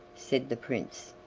said the prince.